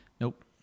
Nope